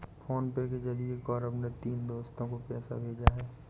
PhonePe के जरिए गौरव ने तीनों दोस्तो को पैसा भेजा है